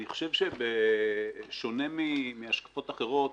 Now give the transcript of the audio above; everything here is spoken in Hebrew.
אני חושב שבשונה מהשקפות אחרות,